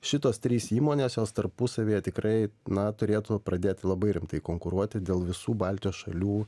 šitos trys įmonės jos tarpusavyje tikrai na turėtų pradėti labai rimtai konkuruoti dėl visų baltijos šalių